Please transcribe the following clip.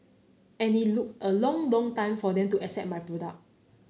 and it look a long long time for them to accept my product